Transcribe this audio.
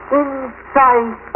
inside